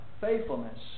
faithfulness